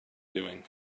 doing